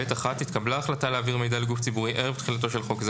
(ב1) התקבלה החלטה להעביר מידע לגוף ציבורי ערב תחילתו של חוק זה,